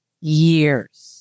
years